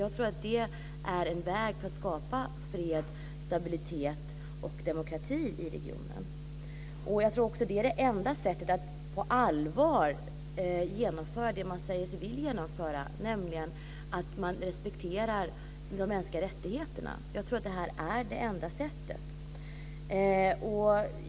Jag tror att det är en väg för att skapa fred, stabilitet och demokrati i regionen. Jag tror också att det är det enda sättet att på allvar genomföra det man säger sig vilja genomföra. Det handlar nämligen om att man respekterar de mänskliga rättigheterna. Jag tror att det här är det enda sättet.